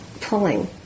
pulling